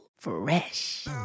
fresh